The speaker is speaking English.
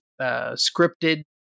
scripted